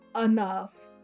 enough